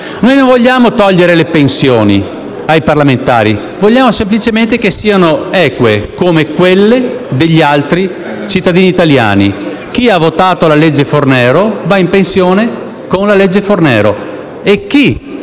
Non vogliamo togliere le pensioni ai parlamentari, vogliamo semplicemente che siano eque come quelle degli altri cittadini italiani. Chi ha votato la legge Fornero, va in pensione con la legge Fornero